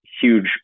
huge